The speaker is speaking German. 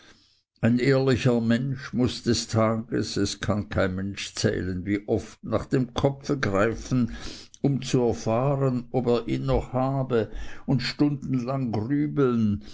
ein ehrlicher mensch muß des tages es kann kein mensch zählen wie oft nach dem kopfe greifen um zu erfahren ob er ihn noch habe und stundenlang grübeln